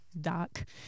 doc